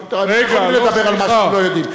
אתה לא יכול לדבר על מה שהם לא יודעים.